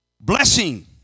blessing